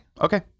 Okay